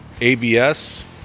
ABS